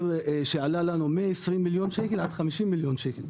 שעלה לנו מ-20 מיליון ₪ ועד 50 מיליון ₪.